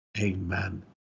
amen